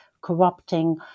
corrupting